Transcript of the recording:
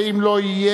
ואם לא יהיה,